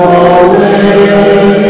away